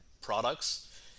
products